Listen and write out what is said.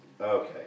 Okay